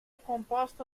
composta